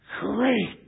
great